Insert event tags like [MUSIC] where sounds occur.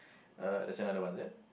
[BREATH] uh there's another one is it